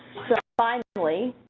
so finally,